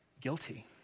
guilty